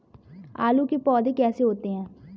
आलू के पौधे कैसे होते हैं?